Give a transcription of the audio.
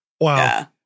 Wow